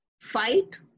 fight